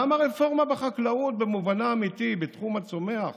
גם את הרפורמה בחקלאות במובנה האמיתי בתחום הצומח,